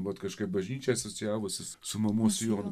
vat kažkaip bažnyčia asocijavusis su mamos sijonu